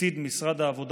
עתיד משרד העבודה,